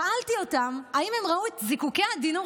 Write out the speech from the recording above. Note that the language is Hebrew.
שאלתי אותם אם הם ראו את זיקוקי הדינור